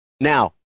Now